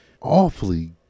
awfully